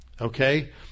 Okay